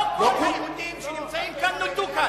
לא כל היהודים שנמצאים כאן נולדו כאן.